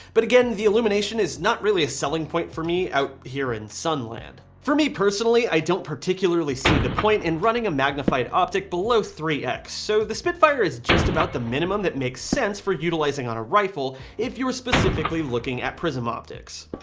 but again, the illumination is not really a selling point for me out here in sunland. for me personally, i don't particularly see the point in running a magnified optic below three x, so the spitfire is just about the minimum that makes sense for utilizing on a rifle. if you were specifically looking at prism optics,